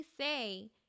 say